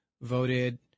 voted